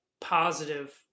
positive